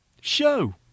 Show